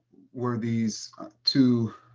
were these two